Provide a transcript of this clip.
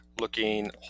looking